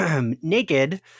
naked